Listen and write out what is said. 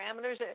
parameters